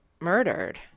murdered